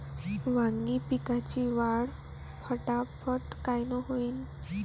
वांगी पिकाची वाढ फटाफट कायनं होईल?